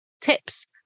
tips